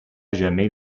jamais